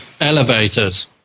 Elevators